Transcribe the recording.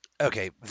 Okay